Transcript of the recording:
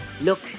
Look